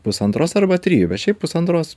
pusantros arba trijų bet šiaip pusantros